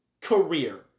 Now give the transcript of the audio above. career